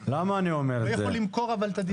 למה אני אומר את זה הוא לא יוכל למכור את הדירות.